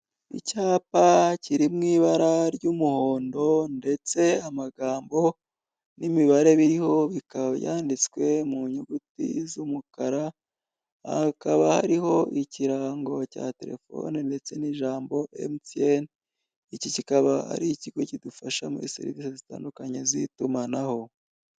Icyapa kiri mu ibara ry'umuhondo ndetse amagambo n'imibare biriho bikaba yanyanditswe mu nyuguti z'umukara hakaba hariho ikirango cya terefone ndetse n'ijambo emjutiyene, iki kikaba ari ikigo kidufasha muri serivisi zitandukanye z'itumanaho.